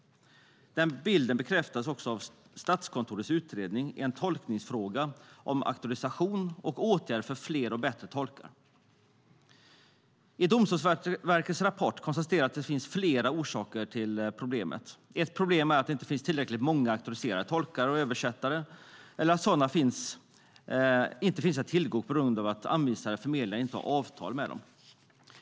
Den bilden bekräftas av Statskontorets utredning En tolkningsfråga - Om auktorisation och åtgärder för fler och bättre tolkar . I Domstolsverkets rapport konstateras att det finns flera orsaker till problemet. Ett första problem är att det inte finns tillräckligt många auktoriserade tolkar och översättare eller att sådana inte finns att tillgå på grund av att anvisade förmedlingar inte har avtal med dem.